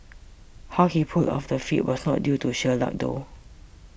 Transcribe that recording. how he pulled off the feat was not due to sheer luck though